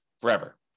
forever